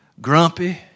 grumpy